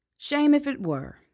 shame if it were!